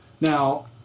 Now